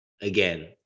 again